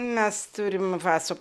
mes turim va su